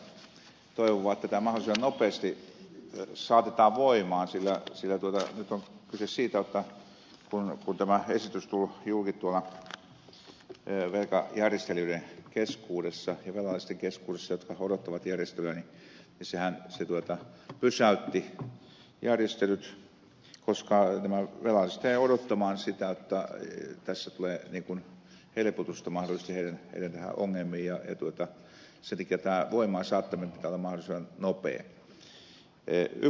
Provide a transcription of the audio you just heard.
tässä toivon vaan että tämä mahdollisimman nopeasti saatetaan voimaan sillä nyt on kyse siitä jotta kun tämä esitys tuli julki tuolla velkajärjestelijöiden keskuudessa ja velallisten keskuudessa jotka odottavat järjestelyä niin sehän pysäytti järjestelyt koska nämä velalliset jäivät odottamaan sitä jotta tässä tulee niin kuin helpotusta mahdollisesti heidän näihin ongelmiinsa ja sen takia tämän voimaan saattamisen pitää olla mahdollisimman nopeaa